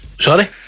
Sorry